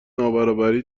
نابرابری